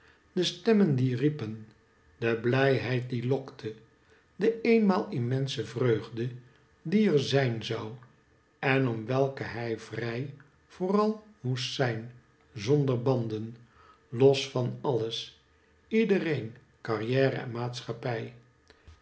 de stemmen die riepen de blijheid die lokte de eenmaal immense vreugde die er zijn zou en om welke hij vrij vooral moest zijn zonder banden los van alles iedereen carriere en maatschappij